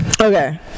Okay